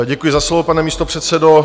Děkuji za slovo, pane místopředsedo.